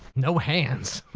no hands?